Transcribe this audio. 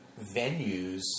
venues